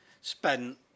spent